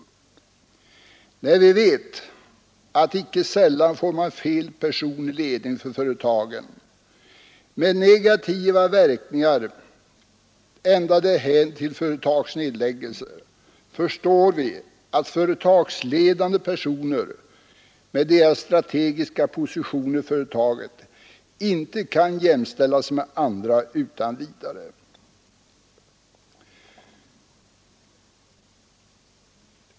Men när vi vet att man icke sällan får fel person i ledningen för företagen med sådana negativa verkningar som kan leda ända till företagsnedläggelser, förstår vi att företagsledande personer med sin strategiska position i företaget inte utan vidare kan jämställas med andra anställda.